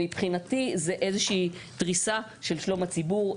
מבחינתי, זו איזו שהיא דריסה של שלום הציבור.